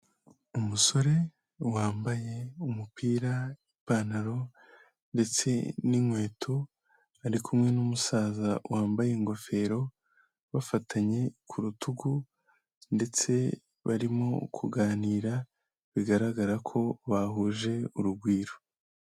Umusore wambaye umupira, ipantaro ndetse n'inkweto ari kumwe n'umusaza wambaye ingofero bafatanye ku rutugu ndetse barimo kuganira bigaragara ko bahuje urugwiro.